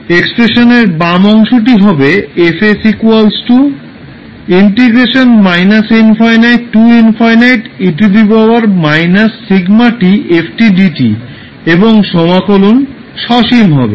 এক্সপ্রেশানের বাম অংশটি হবে এবংসমাকলন সসীম হবে